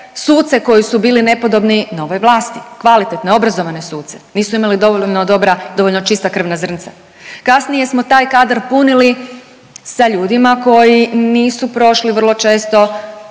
suce koji su bili nepodobni novoj vlasti, kvalitetne, obrazovane suce, nisu imali dovoljno dobra, dovoljno čista krvna zrnca. Kasnije smo taj kadar punili sa ljudima koji nisu prošli vrlo često